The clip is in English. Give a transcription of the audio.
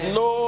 no